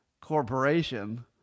corporation